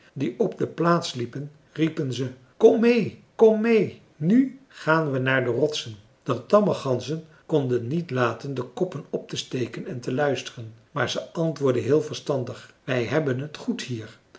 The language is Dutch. die op de plaats liepen riepen ze kom mee kom mee nu gaan we naar de rotsen de tamme ganzen konden niet laten de koppen op te steken en te luisteren maar ze antwoordden heel verstandig wij hebben het goed hier